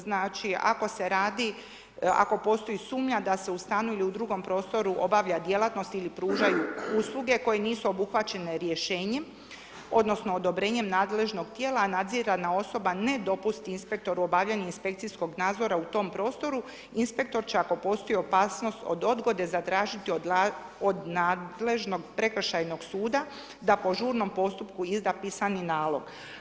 Znači ako se radi, ako postoji sumnja da se u stanu ili u drugom prostoru obavlja djelatnost ili pružaju usluge koje nisu obuhvaćene Rješenjem odnosno odobrenjem nadležnog tijela, nadzirana osoba ne dopusti inspektoru obavljanje inspekcijskog nadzora u tom prostoru, inspektor će ako postoji opasnost od odgode, zatražiti od nadležnog prekršajnog suda da po žurnom postupku izda pisani nalog.